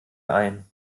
ein